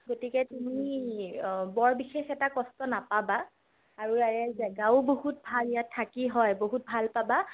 গতিকে তুমি বৰ বিশেষ এটা কষ্ট নাপাবা আৰু এই জাগাও বহুত ভাল ইয়াত থাকি হয় বহুত ভাল পাবা